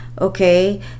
Okay